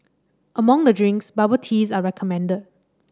among the drinks bubble teas are recommended